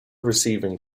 receiving